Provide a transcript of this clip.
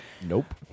Nope